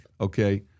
Okay